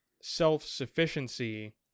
self-sufficiency